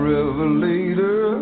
Revelator